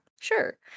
sure